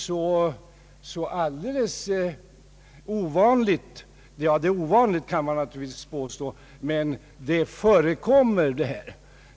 Man kan naturligtvis påstå att sådant är ovanligt, men det förekommer.